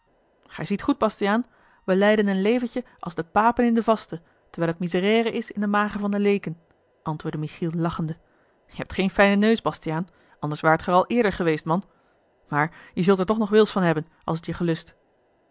gij ziet goed bastiaan wij leiden een leventje als de papen in de vasten terwijl het miserere is in de magen van de leeken antwoordde michiel lachende je hebt geen fijnen neus bastiaan anders waart ge er al eerder geweest man maar je zult er toch nog wils van hebben als t je gelust